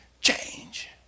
change